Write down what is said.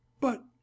But